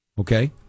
Okay